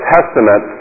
Testament